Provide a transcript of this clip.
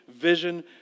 vision